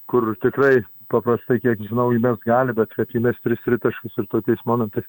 kur tikrai paprastai kiek žinau įmest gali bet kad įmest tris tritaškius ir tokiais momentais